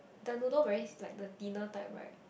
the noodle very like the thinner type right